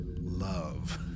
love